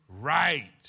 right